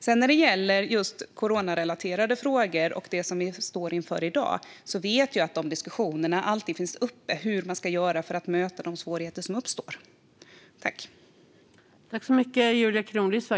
När det sedan gäller just coronarelaterade frågor och det som vi står inför i dag vet jag att diskussionerna alltid tas upp om hur man ska göra för att möta de svårigheter som uppstår.